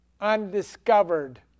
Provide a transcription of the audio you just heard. undiscovered